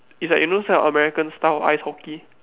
is like you know those kind of American style ice hockey